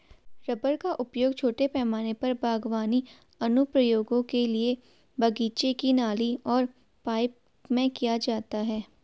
rubber का उपयोग छोटे पैमाने पर बागवानी अनुप्रयोगों के लिए बगीचे की नली और पाइप में किया जाता है